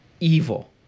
evil